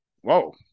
Whoa